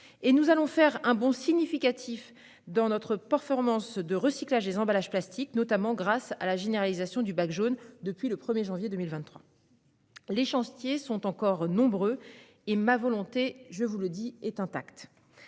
Nous avons fait un bond significatif dans notre performance de recyclage des emballages plastiques, notamment grâce à la généralisation du bac jaune depuis le 1 janvier 2023. Les chantiers sont encore nombreux, et ma volonté reste intacte,